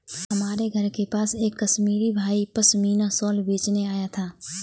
हमारे घर के पास एक कश्मीरी भाई पश्मीना शाल बेचने आया था